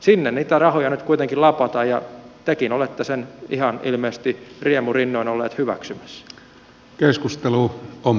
sinne niitä rahoja nyt kuitenkin lapataan ja tekin olette sen ihan ilmeisesti riemurinnoin olleet hyväksymässä